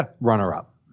runner-up